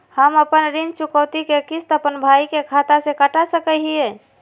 हम अपन ऋण चुकौती के किस्त, अपन भाई के खाता से कटा सकई हियई?